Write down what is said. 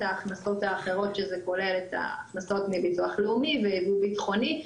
ההכנסות האחרות שזה כולל את ההכנסות מביטוח לאומי ויבוא בטחוני,